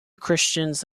christians